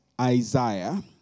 Isaiah